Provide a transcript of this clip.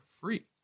free